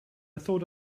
thought